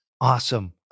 Awesome